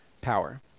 power